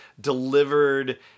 delivered